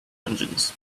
engines